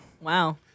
Wow